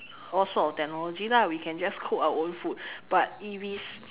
all sort of technology lah we can just cook our own food but if it is